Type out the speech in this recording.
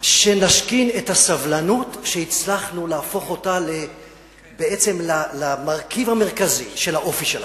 שנשכין את הסבלנות שהצלחנו להפוך אותה למרכיב המרכזי של האופי שלנו.